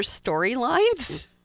storylines